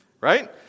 right